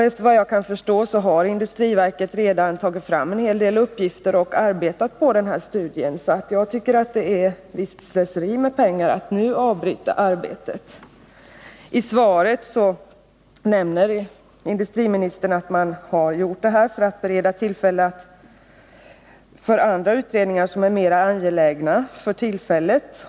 Efter vad jag kan förstå har industriverket redan tagit fram en hel del uppgifter och arbetat på denna studie. Jag tycker därför att det är ett visst slöseri med pengar att nu avbryta arbetet. I svaret nämner industriministern att man har gjort det här för att bereda utrymme för andra utredningar som för tillfället är mera angelägna.